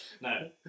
No